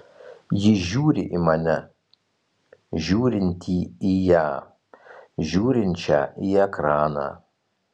ji žiūri į mane žiūrintį į ją žiūrinčią į ekraną